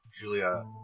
Julia